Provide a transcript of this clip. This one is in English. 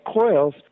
coils